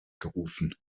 gerufen